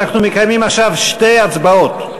אנחנו מקיימים עכשיו שתי הצבעות.